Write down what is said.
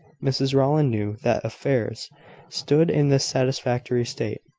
mrs rowland knew that affairs stood in this satisfactory state.